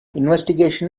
investigation